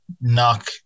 knock